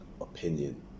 opinion